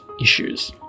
issues